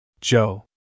Joe